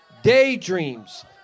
daydreams